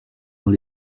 dans